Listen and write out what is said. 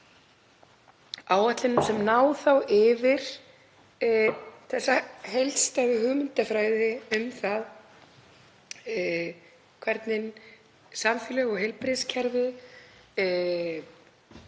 sem ná yfir þessa heildstæðu hugmyndafræði um það hvernig samfélög og heilbrigðiskerfið